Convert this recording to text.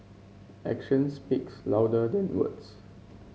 action speaks louder than words